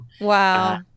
Wow